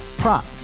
Prop